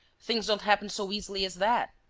things don't happen so easily as that.